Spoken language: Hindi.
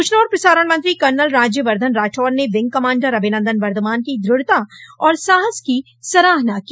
सूचना और प्रसारण मंत्री कर्नल राज्यवर्धन राठौड़ ने विंग कमांडर अभिनंदन वर्द्वमान की दृढ़ता और साहस की सराहना की